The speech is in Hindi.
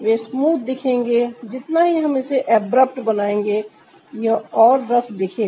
वे स्मूथ दिखेंगे जितना ही हम इसे अब्रुप्ट बनाएंगे यह और रफ दिखेगा